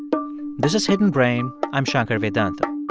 but this is hidden brain. i'm shankar vedantam